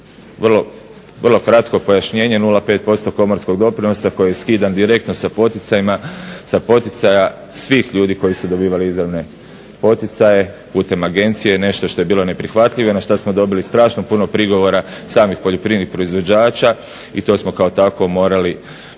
Vrlo kratko pojašnjenje 0,5 posto komorskog doprinosa koji je skidan direktno sa poticaja svih ljudi koji su dobivali izravne poticaje putem agencije, nešto što je bilo neprihvatljivo i na što smo dobili strašno puno prigovora samih poljoprivrednih proizvođača i to smo kao takvo morali